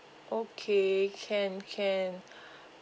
okay can can